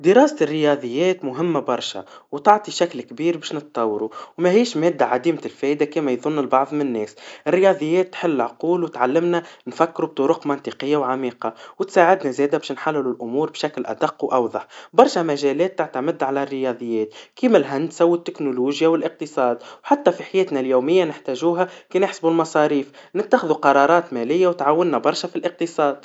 دراسة الرياضيات مهما برشا, وتعطي شكل كبير باش نتطوروا, ومهيش مادا عاديمة الفايدا كيما يظن البعض من الناس, الرياضيات تحل العقول وتعلمنا نفكروا بطرق منطقيا وعميقا, وتساعدنا زادا باش نحللوا الأمور بشكل أدق وأوضح, برشا مجالات تعتمد على الرياضيات, كيما الهندسا والتكنولوجيا, والإقتصاد, حتى في حياتنا اليوميا نحتاجوها, كي نحسبوا المصاريف, نتخذوا قرارات ماليا تعاوننا برشا في الاقتصاد.